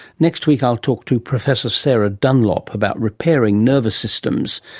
next week i'll talk to professor sarah dunlop about repairing nervous systems.